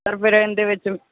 sir ਫਿਰ ਇਹਦੇ ਵਿੱਚ